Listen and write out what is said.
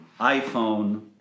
iPhone